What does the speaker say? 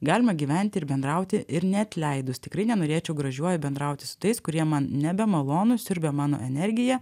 galima gyventi ir bendrauti ir neatleidus tikrai nenorėčiau gražiuoju bendrauti su tais kurie man nebemalonūs siurbia mano energiją